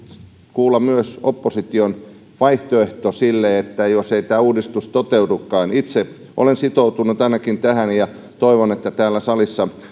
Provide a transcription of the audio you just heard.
kuulla myös opposition vaihtoehto sille jos ei tämä uudistus toteudukaan itse ainakin olen sitoutunut tähän ja toivon että täällä salissa